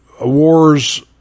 wars